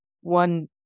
one